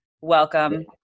Welcome